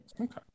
Okay